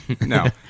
No